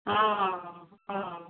ହଁ ହଁ ହଁ ହଁ